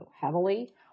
heavily